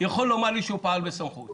שיכול לומר לי שהוא פעל בסמכות